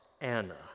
Anna